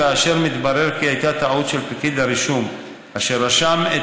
כאשר מתברר כי הייתה טעות של פקיד הרישום אשר רשם את